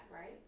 right